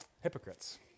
Hypocrites